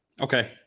Okay